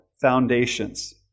foundations